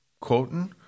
quoting